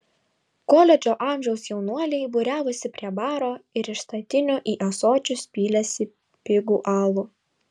koledžo amžiaus jaunuoliai būriavosi prie baro ir iš statinių į ąsočius pylėsi pigų alų